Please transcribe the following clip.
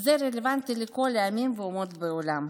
וזה רלוונטי לכל העמים והאומות בעולם.